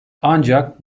ancak